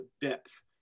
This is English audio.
depth